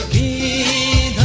e